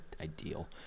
ideal